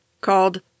called